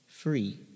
free